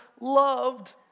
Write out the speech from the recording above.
loved